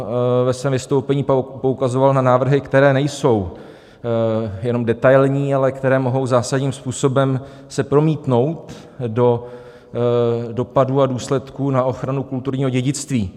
On ve svém vystoupení poukazoval na návrhy, které nejsou jenom detailní, ale které se mohou zásadním způsobem promítnout do dopadů a důsledků na ochranu kulturního dědictví.